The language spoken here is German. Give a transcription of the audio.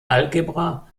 algebra